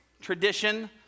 tradition